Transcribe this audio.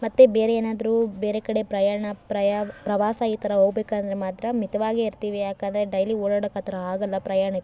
ಮತ್ತು ಬೇರೆಯೇನಾದರೂ ಬೇರೆ ಕಡೆ ಪ್ರಯಾಣ ಪ್ರಯಾ ಪ್ರವಾಸ ಈ ಥರ ಹೋಗ್ಬೇಕಂದ್ರೆ ಮಾತ್ರ ಮಿತವಾಗಿ ಇರ್ತೀವಿ ಯಾಕಂದರೆ ಡೈಲಿ ಓಡಾಡಕ್ಕೆ ಆ ಥರ ಆಗೋಲ್ಲ ಪ್ರಯಾಣ